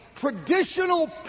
traditional